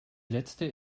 letzte